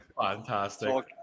fantastic